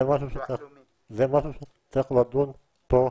זה משהו שצריך לדון פה.